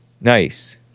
Nice